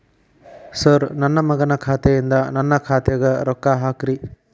sir ನನ್ನ ಮಗನ ಖಾತೆ ಯಿಂದ ನನ್ನ ಖಾತೆಗ ರೊಕ್ಕಾ ಹಾಕ್ರಿ